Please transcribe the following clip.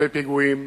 והרבה פיגועים.